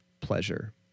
pleasure